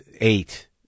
eight